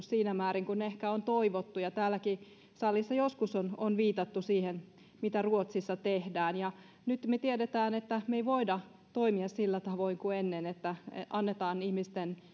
siinä määrin kuin ehkä on toivottu ja täälläkin salissa joskus on on viitattu siihen mitä ruotsissa tehdään nyt me tiedämme että me emme voi toimia sillä tavoin kuin ennen että annetaan ihmisten